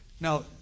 Now